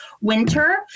winter